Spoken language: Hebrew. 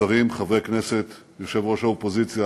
שרים, חברי כנסת, יושב-ראש האופוזיציה